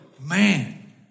man